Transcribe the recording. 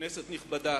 כנסת נכבדה,